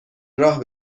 راه